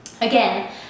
again